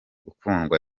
ukundwa